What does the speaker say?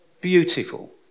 Beautiful